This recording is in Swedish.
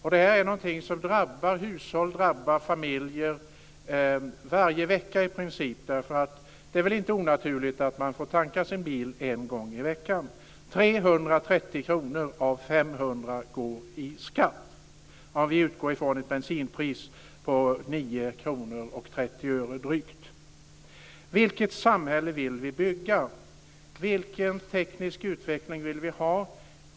Det här är någonting som drabbar hushåll och familjer i princip varje vecka - för det är väl inte onaturligt att man får tanka sin bil en gång i veckan. 330 kr av 500 går i skatt. Vi utgår då från ett bensinpris på drygt 9:30 kr. Vilket samhälle vill vi bygga? Vilken teknisk utveckling vill vi ha?